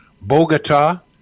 Bogota